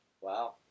Wow